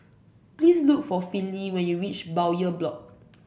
please look for Finley when you reach Bowyer Block